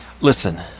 Listen